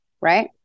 right